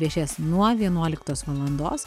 viešės nuo vienuoliktos valandos